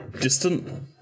distant